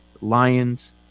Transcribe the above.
Lions